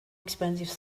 expensive